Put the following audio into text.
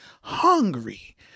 Hungry